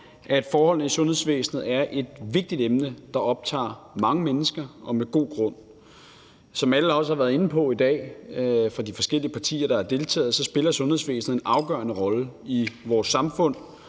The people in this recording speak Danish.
at forholdene i sundhedsvæsenet er et vigtigt emne, der optager mange mennesker og med god grund. Som alle fra de forskellige partier, der har deltaget, også har været inde på i dag, spiller sundhedsvæsenet en afgørende rolle i vores samfund,